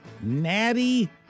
natty